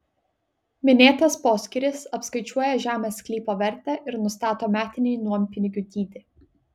minėtas poskyris apskaičiuoja žemės sklypo vertę ir nustato metinį nuompinigių dydį